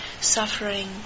Suffering